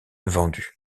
vendus